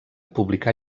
publicà